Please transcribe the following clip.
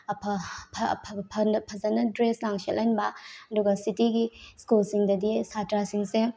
ꯐꯖꯅ ꯗ꯭ꯔꯦꯁ ꯂꯥꯡ ꯁꯦꯠꯍꯟꯕ ꯑꯗꯨꯒ ꯁꯤꯇꯤꯒꯤ ꯁ꯭ꯀꯨꯜꯁꯤꯡꯗꯗꯤ ꯁꯥꯠꯇ꯭ꯔꯁꯤꯡꯁꯦ